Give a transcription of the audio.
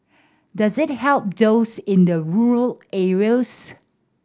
does it help those in the rural areas